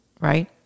right